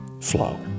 Flow